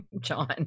John